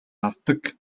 авдаг